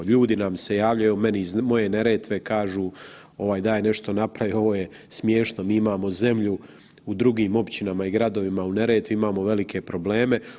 Ljudi nam se javljaju, evo meni iz moje Neretve kažu ovaj daj nešto napravi, ovo je smiješno, mi imamo zemlju u drugim općinama i gradovima, u Neretvi imamo velike probleme.